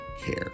care